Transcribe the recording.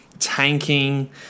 Tanking